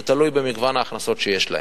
זה תלוי במגוון ההכנסות שיש להם.